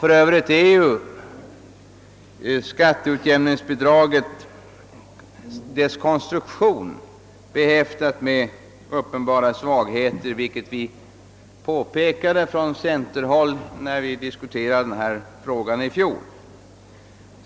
För övrigt är skatteutjämningsbidragets konstruktion behäftad med uppenbara svagheter, vilket vi påpekade från centerhåll när vi i fjol diskuterade denna fråga.